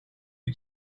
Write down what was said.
you